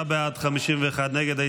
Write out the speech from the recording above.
33 בעד, 51 נגד.